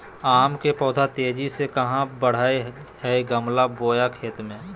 आम के पौधा तेजी से कहा बढ़य हैय गमला बोया खेत मे?